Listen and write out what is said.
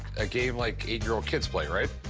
a game, like, eight-year-old kids play, right?